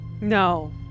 No